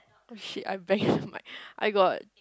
oh shit I bang my I got